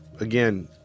again